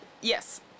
Yes